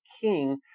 king